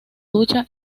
ducha